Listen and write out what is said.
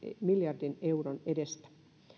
miljardin euron edestä